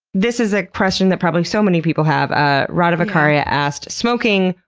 this is a question that probably so many people have, ah radha vakhria asked smoking.